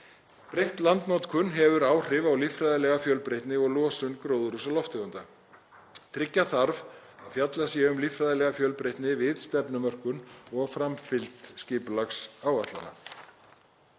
Breytt landnotkun hefur áhrif á líffræðilega fjölbreytni og losun gróðurhúsalofttegunda. Tryggja þarf að fjallað sé um líffræðilega fjölbreytni við stefnumörkun og framfylgd skipulagsáætlana.